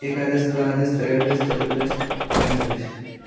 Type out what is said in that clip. एकादश द्वादश त्रयोदश चतुर्दश पञ्चदश